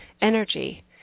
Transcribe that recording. energy